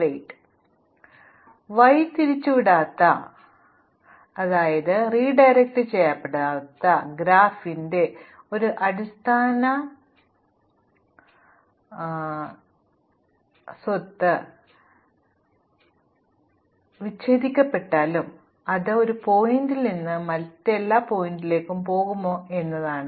അതിനാൽ വഴിതിരിച്ചുവിടാത്ത ഗ്രാഫിന്റെ ഒരു അടിസ്ഥാന സ്വത്ത് വിച്ഛേദിക്കപ്പെട്ടാലും ഇല്ലെങ്കിലും നമുക്ക് ഓരോ ശീർഷകത്തിൽ നിന്നും മറ്റെല്ലാ ശീർഷകങ്ങളിലേക്കും പോകാമോ എന്നതാണ്